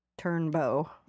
Turnbow